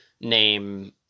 name